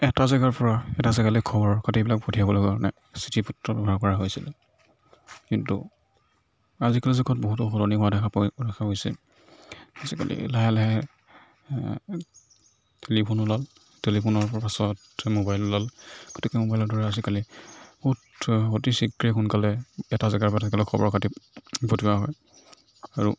এটা জেগাৰ পৰা এটা জেগালৈ খবৰ খাতিবিলাক পঠিয়াবলৈ কাৰণে চিঠি পত্ৰৰ ব্যৱহাৰ কৰা হৈছিল কিন্তু আজিকালিৰ যুগত বহুতো সলনি হোৱা দেখা পোৱা দেখা গৈছে আজিকালি লাহে লাহে টেলিফোন ওলাল টেলিফোনৰ পাছত মোবাইল ওলাল গতিকে মোবাইলৰ দ্বাৰা আজিকালি বহুত অতি শীঘ্ৰে সোনকালে এটা জেগাৰ পৰা এটা জেগালৈ খবৰ খাতি পঠিওৱা হয় আৰু